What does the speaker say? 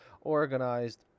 organized